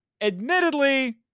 Admittedly